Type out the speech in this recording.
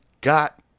got